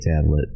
tablet